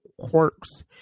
quirks